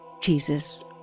Jesus